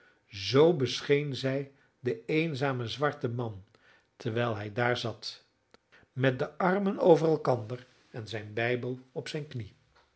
nederziet zoo bescheen zij den eenzamen zwarten man terwijl hij daar zat met de armen over elkander en zijn bijbel op zijn knie